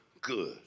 good